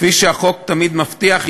כפי שהחוק תמיד מבטיח,